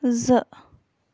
زٕ